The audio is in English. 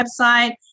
website